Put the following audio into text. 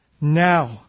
now